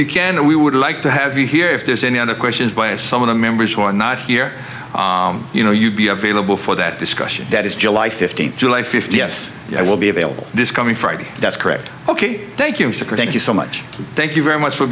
you can and we would like to have you here if there's any other questions way of some of the members who are not here you know you'd be available for that discussion that is july fifteenth july fifty s i will be available this coming friday that's correct ok thank you secretary you so much thank you very much for